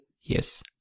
yes